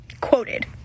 Quoted